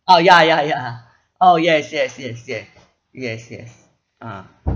oh ya ya ya oh yes yes yes yes yes yes ah